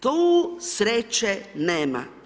Tu sreće nema.